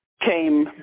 came